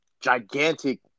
gigantic